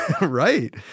Right